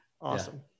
Awesome